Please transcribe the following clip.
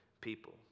people